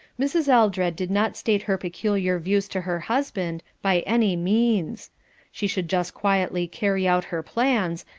mrs. eldred did not state her peculiar views to her husband, by any means she should just quietly carry out her plans,